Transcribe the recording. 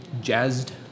jazzed